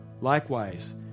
Likewise